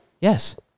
Yes